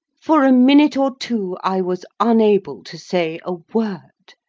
for a minute or two i was unable to say a word.